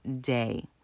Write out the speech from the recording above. day